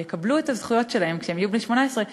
הם יקבלו את הזכויות שלהם כשהם יהיו בני 18,